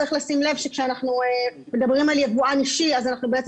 צריך לשים לב שכאשר מדברים על יבואן אישי אז בעצם